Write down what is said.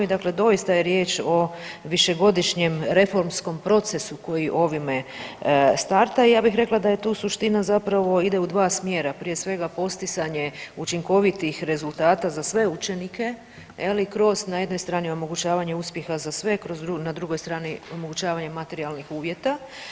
I dakle, doista je riječ o višegodišnjem reformskom procesu koji ovime starta i ja bih rekla da je tu suština zapravo ide u dva smjera, prije svega postizanje učinkovitih rezultata za sve učenike kroz, na jednoj strani omogućavanje uspjeha za sve, na drugoj strani omogućavanje materijalnih uvjeta.